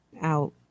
out